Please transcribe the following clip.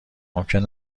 ممکن